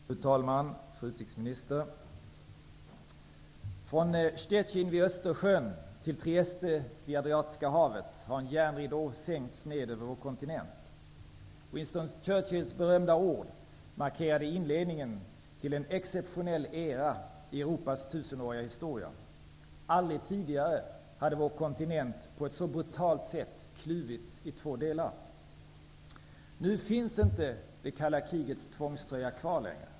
Fru talman! Fru utrikesminister! ''Från Stettin vid Östersjön till Trieste vid Adriatiska havet har en järnridå sänkts ned över vår kontinent.'' Winston Churchills berömda ord markerade inledningen till en exceptionell era i Europas tusenåriga historia. Aldrig tidigare hade vår kontinent på ett så brutalt sätt kluvits i två delar. Nu finns inte det kalla krigets tvångströja kvar längre.